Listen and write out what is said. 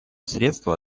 средства